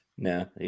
No